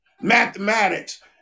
mathematics